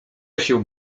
się